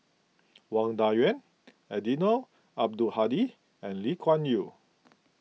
Wang Dayuan Eddino Abdul Hadi and Lee Kuan Yew